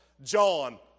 John